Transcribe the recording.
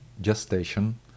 gestation